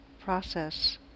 process